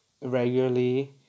regularly